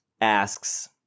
asks